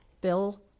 Bill